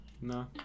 No